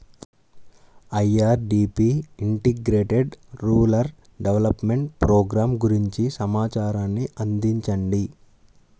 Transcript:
IRDP integrated rural development programme గురించి సమాచారాన్ని అందించండి?